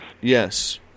Yes